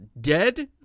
dead